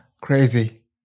Crazy